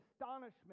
astonishment